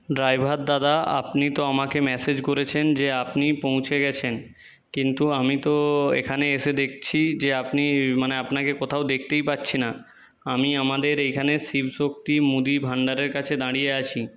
driver দাদা আপনি তো আমাকে মেসেজ করেছেন যে আপনি পৌঁছে গেছেন কিন্তু আমি তো এখানে এসে দেখছি যে আপনি মানে আপনাকে কোথাও দেখতেই পাচ্ছি না আমি আমাদের এখানে শিবশক্তি মুদি ভান্ডারের কাছে দাঁড়িয়ে আছি